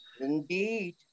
Indeed